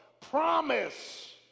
promise